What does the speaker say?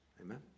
Amen